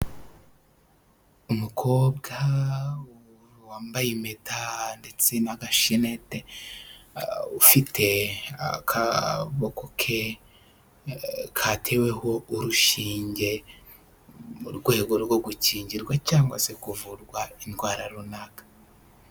Umukobwa wambaye impeta ndetse n'agashinete ufite akaboko ke kateweho urushinge mu rwego rwo gukingirwa cyangwa se kuvurwa indwara runaka.